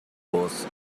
voz